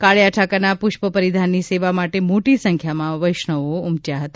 કાળીયા ઠાકરના પુષ્પ પરિધાનની સેવા માટે મોટી સંખ્યામાં વૈષ્ણવો ઊમટયા હતા